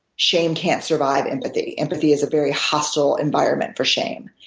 shame can't survive empathy. empathy is a very hostile environment for shame.